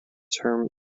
term